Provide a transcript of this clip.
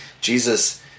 Jesus